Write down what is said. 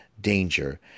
danger